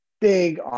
big